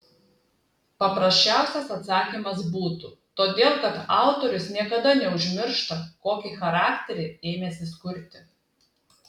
paprasčiausias atsakymas būtų todėl kad autorius niekada neužmiršta kokį charakterį ėmęsis kurti